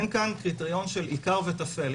אין כאן קריטריון של עיקר וטפל.